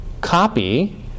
copy